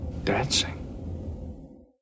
Dancing